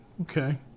okay